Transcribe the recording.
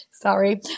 sorry